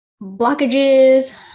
blockages